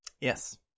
Yes